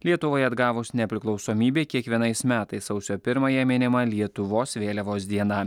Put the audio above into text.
lietuvai atgavus nepriklausomybę kiekvienais metais sausio pirmąją minima lietuvos vėliavos diena